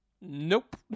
Nope